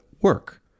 work